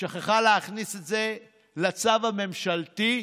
שכחה להכניס את זה לצו הממשלתי,